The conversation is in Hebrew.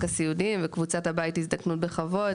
הסיעודיים וקבוצת הבית הזדקנות בכבוד.